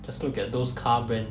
just look at those car brand